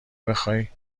بخای